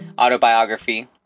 autobiography